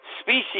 species